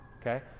Okay